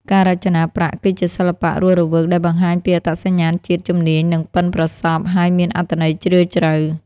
ការរចនាប្រាក់ គឺជាសិល្បៈរស់រវើកដែលបង្ហាញពីអត្តសញ្ញាណជាតិ ជំនាញ និងប៉ិនប្រសប់ ហើយមានអត្ថន័យជ្រាលជ្រៅ។